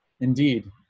indeed